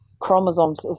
Chromosomes